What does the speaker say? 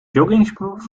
joggingsbroek